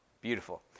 Beautiful